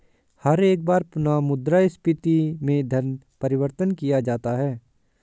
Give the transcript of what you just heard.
हर एक बार पुनः मुद्रा स्फीती में धन परिवर्तन किया जाता है